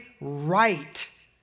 right